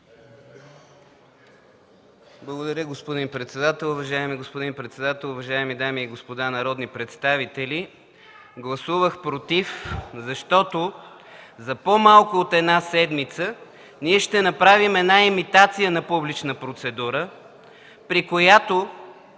Благодаря, господин председател. Уважаеми господин председател, уважаеми дами и господа народни представители, гласувах „против”, защото за по-малко от една седмица ние ще направим една имитация на публична процедура, при която